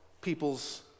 people's